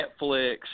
Netflix